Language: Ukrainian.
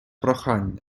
прохання